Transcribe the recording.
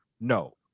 No